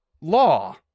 law